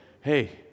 hey